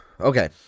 Okay